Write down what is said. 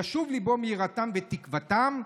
ישוב ליבו מיראתם ותקוותם,